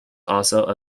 also